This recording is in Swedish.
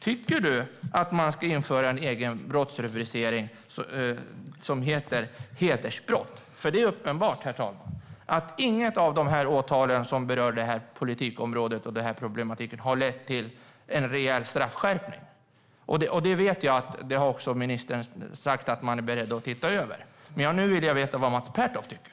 Tycker du att man ska införa brottsrubriceringen hedersbrott? Herr talman! Det är uppenbart att inget av de åtal som berör detta politikområde och denna problematik har lett till en rejäl straffskärpning. Jag vet att ministern har sagt att man är beredd att se över detta. Men nu vill jag veta vad Mats Pertoft tycker.